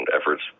efforts